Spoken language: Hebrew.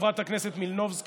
חברת הכנסת מלינובסקי,